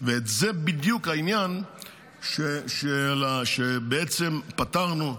וזה בדיוק העניין שבעצם פתרנו,